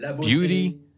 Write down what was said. beauty